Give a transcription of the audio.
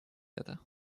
это